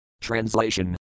Translation